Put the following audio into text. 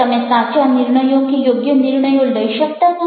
તમે સાચા નિર્ણયો કે યોગ્ય નિર્ણયો લઈ શકતા નથી